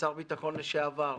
כשר ביטחון לשעבר,